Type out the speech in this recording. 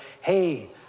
hey